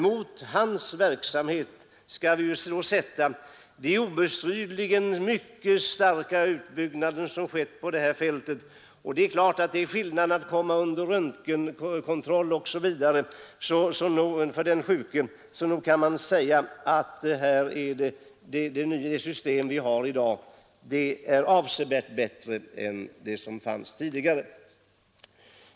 Mot hans verksamhet skall vi sätta den obestridligen mycket starka utbyggnad som skett på detta område; nu kan den sjuke komma under röntgenkontroll osv. Man kan säga att det system vi har i dag är avsevärt bättre än det som fanns tidigare.